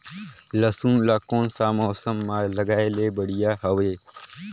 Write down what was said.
लसुन ला कोन सा मौसम मां लगाय ले बढ़िया हवे?